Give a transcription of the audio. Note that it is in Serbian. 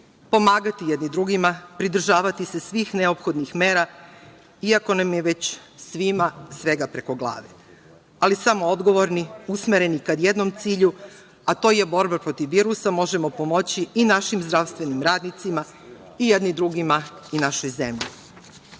pomagati jedni drugima, pridržavati se svih neophodnih mera, iako nam je već svima svega preko glave, ali samo odgovorni, usmereni ka jednom cilju, a to je borba protiv virusa, možemo pomoći i našim zdravstvenim radnicima i jedni drugima i našoj zemlji. Smatram